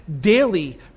daily